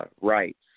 rights